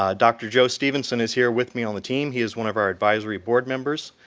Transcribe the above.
ah dr. joe stevenson is here with me on the team, he is one of our advisory board members.